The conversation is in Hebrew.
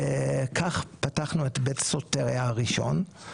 וכך פתחנו את בית סוטריה הראשון.